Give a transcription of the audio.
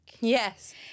Yes